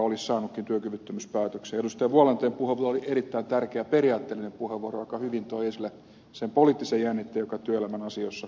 vuolanteen puheenvuoro oli erittäin tärkeä periaatteellinen puheenvuoro joka hyvin toi esille sen poliittisen jännitteen joka työelämän asioissa meillä on vallinnut